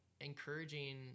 encouraging